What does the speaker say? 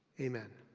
amen.